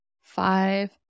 five